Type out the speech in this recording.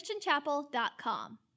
christianchapel.com